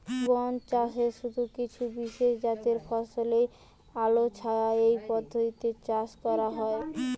বনচাষে শুধু কিছু বিশেষজাতের ফসলই আলোছায়া এই পদ্ধতিতে চাষ করা হয়